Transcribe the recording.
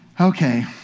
Okay